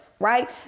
Right